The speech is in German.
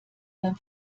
beim